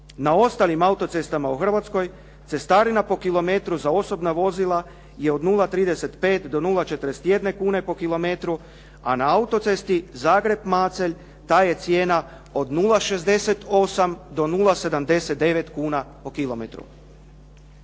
na ostalim autocestama u Hrvatskoj cestarina po kilometru za osobna vozila je od 0,35 do 0,41 kune po kilometru, a na autocesti Zagreb-Macelj ta je cijena od 0,68 do 0,79 kuna po kilometru.